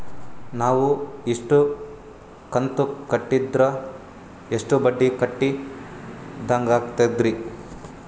ನಾವು ಇಷ್ಟು ಕಂತು ಕಟ್ಟೀದ್ರ ಎಷ್ಟು ಬಡ್ಡೀ ಕಟ್ಟಿದಂಗಾಗ್ತದ್ರೀ?